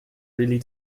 really